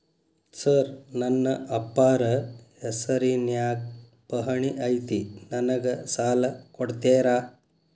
Sir ನನ್ನ ಅಪ್ಪಾರ ಹೆಸರಿನ್ಯಾಗ್ ಪಹಣಿ ಐತಿ ನನಗ ಸಾಲ ಕೊಡ್ತೇರಾ?